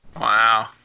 Wow